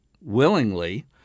willingly